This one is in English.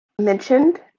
mentioned